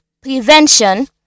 prevention